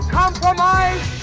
compromise